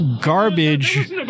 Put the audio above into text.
garbage